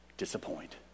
disappoint